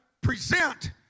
present